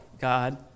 God